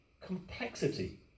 complexity